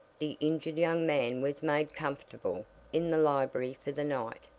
the injured young man was made comfortable in the library for the night.